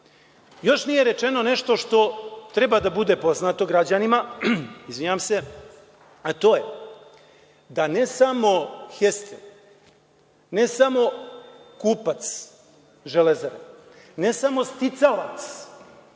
nije rečeno nešto što treba da bude poznato građanima, a to je, da ne samo „Hestil“, ne samo kupac „Železare“, ne samo sticalac prava